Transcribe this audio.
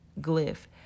glyph